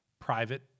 private